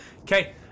Okay